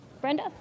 Brenda